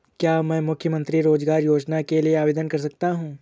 क्या मैं मुख्यमंत्री रोज़गार योजना के लिए आवेदन कर सकता हूँ?